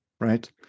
right